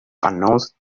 announced